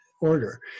order